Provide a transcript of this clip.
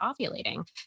ovulating